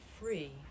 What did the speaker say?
free